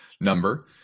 number